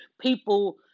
people